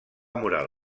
moral